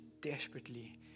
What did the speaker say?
desperately